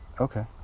Okay